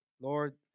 Lord